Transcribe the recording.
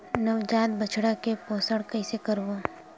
नवजात बछड़ा के पोषण कइसे करबो?